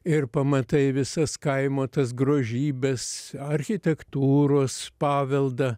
ir pamatai visas kaimo tas grožybes architektūros paveldą